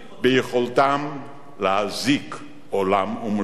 ביכולתם להזעיק עולם ומלואו.